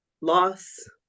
loss